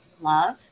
love